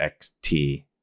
xt